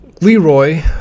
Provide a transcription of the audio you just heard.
Leroy